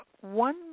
one